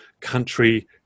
country